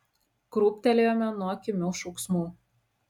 krūptelėjome nuo kimių šauksmų